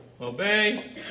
Obey